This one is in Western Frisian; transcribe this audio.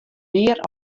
mear